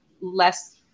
less